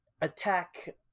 attack